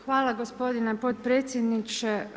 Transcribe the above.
Hvala gospodine potpredsjedniče.